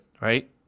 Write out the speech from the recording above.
right